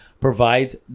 Provides